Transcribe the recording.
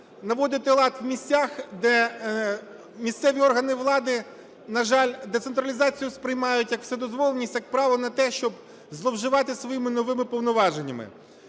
наводити лад в місцях, де місцеві органи влади, на жаль, децентралізацію сприймають як вседозволеність, як право на те, щоб зловживати своїми новими повноваженнями.